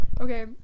okay